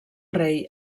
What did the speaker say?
rei